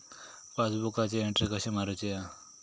पासबुकाची एन्ट्री कशी मारुची हा?